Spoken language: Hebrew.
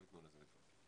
לא ייתנו לזה לקרות.